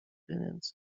pieniędzy